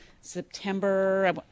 September